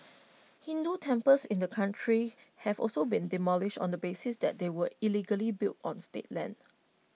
Hindu temples in the country have also been demolished on the basis that they were illegally built on state land